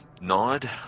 nod